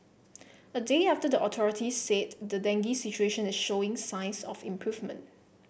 a day after the authorities said the dengue situation is showing signs of improvement